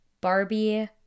Barbie